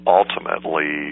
ultimately